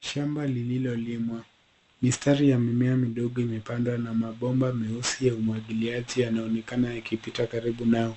Shamba lililolimwa. Mistari ya mimea midogo imepandwa na mabomba meusi ya umwagiliaji yanaonekana yakipita karibu nao.